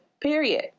period